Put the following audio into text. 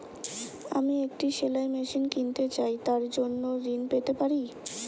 আমি একটি সেলাই মেশিন কিনতে চাই তার জন্য ঋণ পেতে পারি?